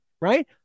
right